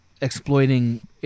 exploiting